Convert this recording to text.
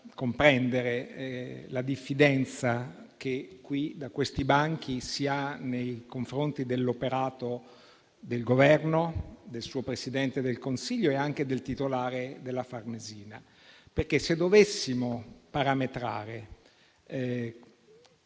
comprendere la diffidenza che da questi banchi si ha nei confronti dell'operato del Governo, del suo Presidente del Consiglio e anche del titolare della Farnesina. Se dovessimo infatti parametrare